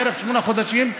בערך שמונה חודשים,